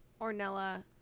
Ornella